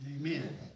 Amen